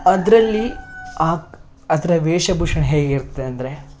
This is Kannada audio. ಅದರಲ್ಲಿ ಆ ಅದರ ವೇಷಭೂಷಣ ಹೇಗಿರ್ತದೆ ಅಂದರೆ